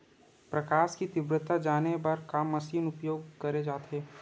प्रकाश कि तीव्रता जाने बर का मशीन उपयोग करे जाथे?